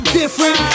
different